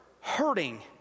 hurting